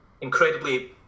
incredibly